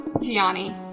Gianni